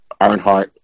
Earnhardt